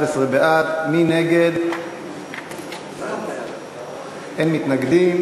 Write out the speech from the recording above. אבל על רקע הפרחים החגיגיים האלה, זו תמונה מהממת.